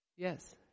Yes